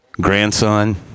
Grandson